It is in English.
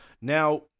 Now